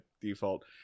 default